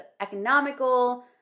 economical